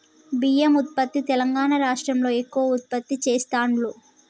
బియ్యం ఉత్పత్తి తెలంగాణా రాష్ట్రం లో ఎక్కువ ఉత్పత్తి చెస్తాండ్లు